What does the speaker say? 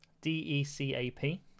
D-E-C-A-P